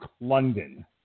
London